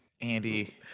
Andy